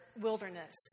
wilderness